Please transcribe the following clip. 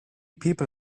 people